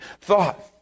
thought